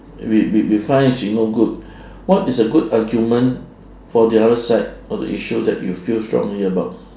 we we define she no good what is a good argument for the other side of the issue that you feel strongly about